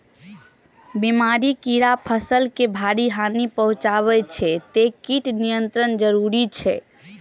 बीमारी, कीड़ा फसल के भारी हानि पहुंचाबै छै, तें कीट नियंत्रण जरूरी छै